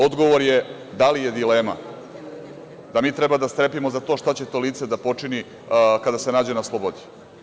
Odgovor je – da li je dilema da mi treba da strepimo za to šta će to lice da počini kada se nađe na slobodi?